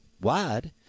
wide